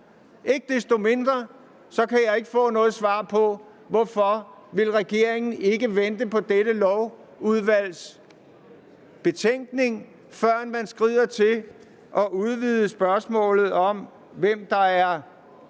Ikke desto mindre kan jeg ikke få noget svar på, hvorfor regeringen ikke vil vente på dette lovudvalgs betænkning, før man skrider til at udvide spørgsmålet om, hvem der er